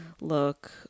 look